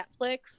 Netflix